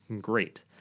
great